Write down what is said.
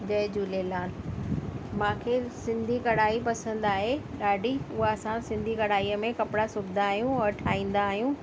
जय झूलेलाल मूंखे सिंधी कढ़ाई पसंदि आहे ॾाढी हूअ असां सिंंधी कढ़ाईअ में कपिड़ा सिबंदा आहियूं और ठाहींदा आहियूं